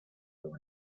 major